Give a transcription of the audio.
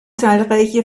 zahlreiche